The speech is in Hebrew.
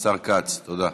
השר כץ, תודה.